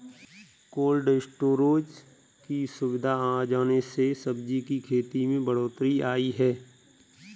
cold storage की सुविधा आ जाने से सब्जी की खेती में बढ़ोत्तरी आई है